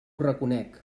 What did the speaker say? reconec